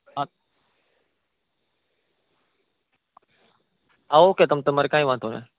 હા આવોકે તમ તમારે કાંઇ વાંધો નઇ